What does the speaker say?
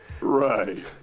Right